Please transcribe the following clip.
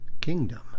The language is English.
kingdom